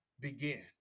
begin